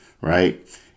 Right